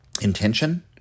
intention